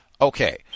Okay